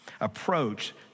approach